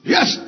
Yes